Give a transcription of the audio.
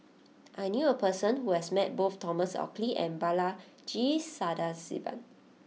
I knew a person who has met both Thomas Oxley and Balaji Sadasivan